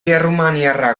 errumaniarrak